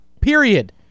period